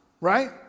right